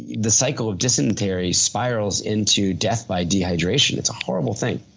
the cycle of dysentery spirals into death by dehydration. it's a horrible thing.